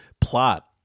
plot